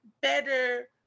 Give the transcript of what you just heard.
better